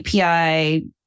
API